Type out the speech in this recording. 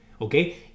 okay